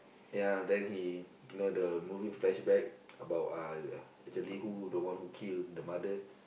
ya then he you know the movie flashback about uh actually who the one who kill the mother